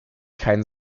kein